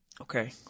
Okay